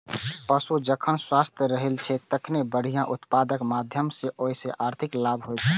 पशु जखन स्वस्थ रहै छै, तखने बढ़िया उत्पादनक माध्यमे ओइ सं आर्थिक लाभ होइ छै